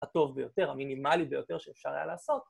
‫הטוב ביותר, המינימלי ביותר ‫שאפשר היה לעשות.